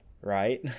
right